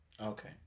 Okay